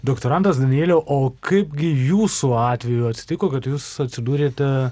doktorantas danieliau o kaipgi jūsų atveju atsitiko kad jūs atsidūrėte